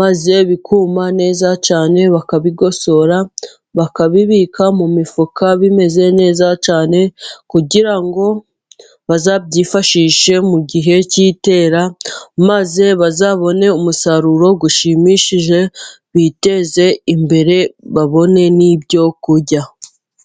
maze bikuma neza cyane, bakabigosora, bakabibika mu mifuka bimeze neza cyane kugira ngo bazabyifashishe mu gihe cy'itera, maze bazabone umusaruro ushimishije, biteze imbere babone n'ibyo kurya.